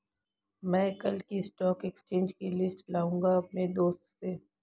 मै कल की stock exchange की लिस्ट लाऊंगा अपने दोस्त से